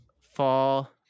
Fall